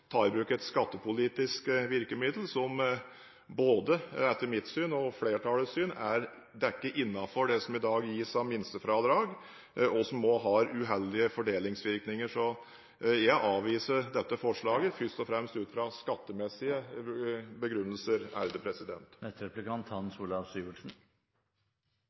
ta i bruk et skattepolitisk virkemiddel, som, både etter mitt og flertallets syn, er dekket av det som i dag gis av minstefradrag, og som også har uheldige fordelingsvirkninger. Så jeg avviser dette forslaget først og fremst ut fra skattemessige begrunnelser.